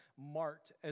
marked